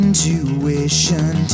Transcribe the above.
Intuition